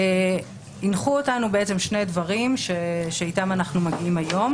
הנחו אותנו שני דברים שאיתם אנחנו מגיעים היום,